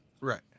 right